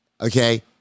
Okay